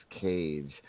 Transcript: Cage